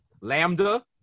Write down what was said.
Lambda